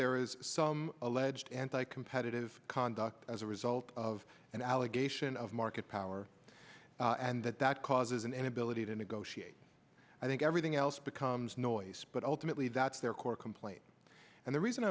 there is some alleged anti competitive conduct as a result of an allegation of market power and that that causes an inability to negotiate i think everything else becomes noice but ultimately that's their core complaint and the reason